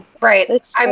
right